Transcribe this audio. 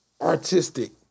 artistic